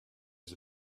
was